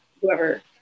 whoever